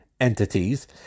entities